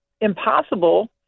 impossible